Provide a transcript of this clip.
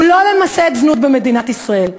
הוא לא למסד זנות במדינת ישראל.